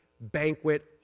banquet